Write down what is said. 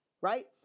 right